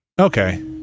Okay